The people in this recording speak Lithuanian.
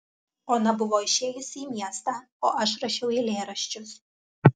ona buvo išėjusi į miestą o aš rašiau eilėraščius